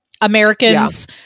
americans